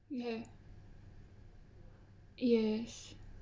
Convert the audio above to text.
ya yes